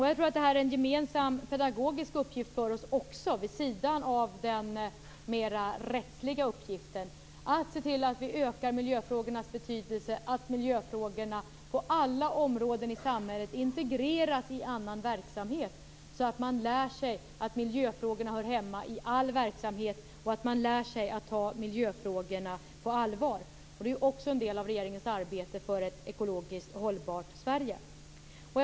Jag tror att detta är en gemensam pedagogisk uppgift för oss, vid sidan av den mera rättsliga uppgiften att se till att vi ökar miljöfrågornas betydelse och att miljöfrågorna på alla områden i samhället integreras i annan verksamhet, så att man lär sig att miljöfrågorna hör hemma i all verksamhet och så att man lär sig att ta miljöfrågorna på allvar. Också det är en del av regeringens arbete för ett ekologiskt hållbart Sverige. Fru talman!